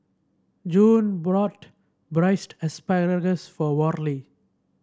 June brought Braised Asparagus for Worley